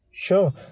Sure